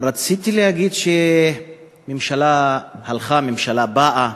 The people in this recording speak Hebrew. רציתי להגיד שממשלה הלכה, ממשלה באה,